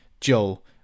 Joel